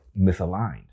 misaligned